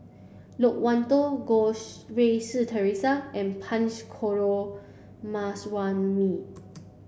Loke Wan Tho Goh Rui Si Theresa and Punch Coomaraswamy